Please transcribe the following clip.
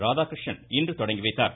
ராதாகிருஷ்ணன் இன்று தொடங்கி வைத்தார்